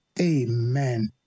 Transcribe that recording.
amen